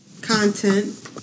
content